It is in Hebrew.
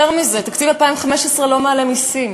יותר מזה, תקציב 2015 לא מעלה מסים.